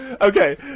Okay